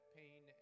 pain